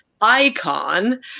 icon